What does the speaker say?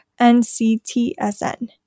NCTSN